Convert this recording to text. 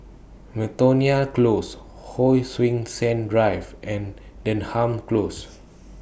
Miltonia Close Hon Sui Sen Drive and Denham Close